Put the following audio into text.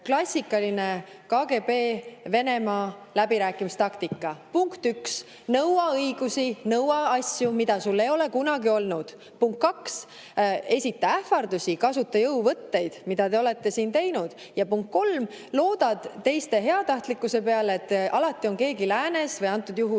klassikaline KGB, Venemaa läbirääkimistaktika. Punkt üks: nõua õigusi, nõua asju, mida sul ei ole kunagi olnud. Punkt kaks: esita ähvardusi, kasuta jõuvõtteid, nagu te olete siin teinud. Ja punkt kolm: looda teiste heatahtlikkuse peale, et alati on keegi läänes, antud juhul